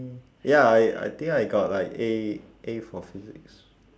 ya I I think I got like A A for physics